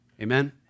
Amen